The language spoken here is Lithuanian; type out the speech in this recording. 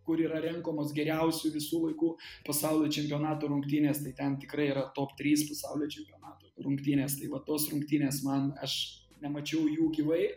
kur yra renkomos geriausių visų laikų pasaulio čempionatų rungtynės tai ten tikrai yra top trys pasaulio čempionato rungtynės tai va tos rungtynės man aš nemačiau jų gyvai